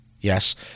Yes